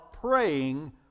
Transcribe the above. praying